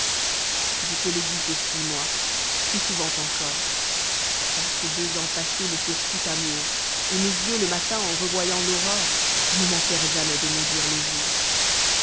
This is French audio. je te l'ai dit aussi moi plus souvent encore car ces deux ans passés me furent tout amour et mes yeux le matin en revoyant l'aurore ne manquèrent jamais de maudire le jour